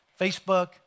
Facebook